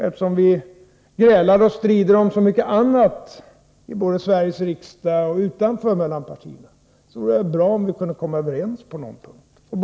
Eftersom vi grälar och strider om så mycket annat mellan partierna, både i Sveriges riksdag och utanför den, vore det bra om vi kunde komma överens på åtminstone någon punkt.